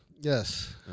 Yes